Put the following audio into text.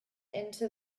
into